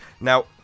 Now